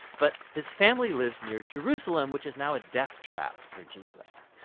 but his family lives near jerusalem which is now a death trap for jesus.